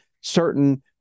certain